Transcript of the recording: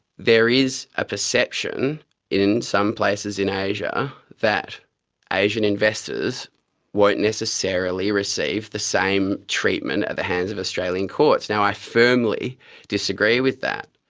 there is a perception in some places in asia that asian investors won't necessarily receive the same treatment at the hands of australian courts. now, i firmly disagree with that,